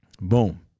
Boom